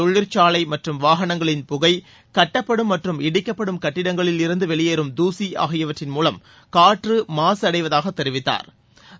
தொழிற்சாலை மற்றும் வாகனங்களின் புகை கட்டப்படும் மற்றும் இடிக்கப்படும் கட்டடங்களில் இருந்து வெளியேறும் தூசி ஆகியவற்றின் மூலம் காற்று மாசு அடைவதாக தெரிவித்தாா்